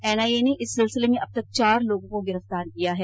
NIA ने इस सिलसिले में अब तक चार लोगों को गिरफ्तार किया है